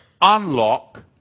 unlock